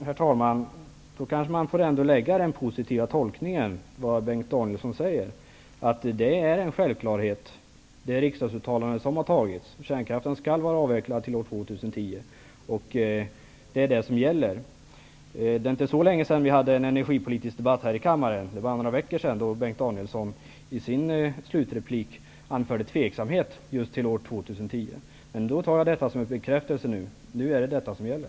Herr talman! Då kanske man får göra den positiva tolkningen med anledning av det som Bengt Danielsson sade. Enligt det riksdagsuttalande som har gjorts är det en självklarhet att kärnkraften skall vara avvecklad till år 2010. Det är det som gäller. Det är inte så länge sedan vi hade en energipolitisk debatt här i kammaren, då Bengt Danielsson i sin slutreplik uttryckte tveksamhet över att kärnkraften skulle vara avvecklad till år 2010. Men jag tar Bengt Danielsons ord som en bekräftelse på att det är detta årtal som gäller.